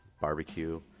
barbecue